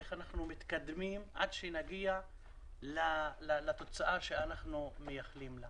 איך אנחנו מתקדמים עד שנגיע לתוצאה לה אנחנו מייחלים.